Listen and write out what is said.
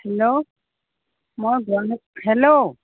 hello মই Guwahati hello